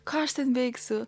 ką aš ten veiksiu